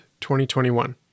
2021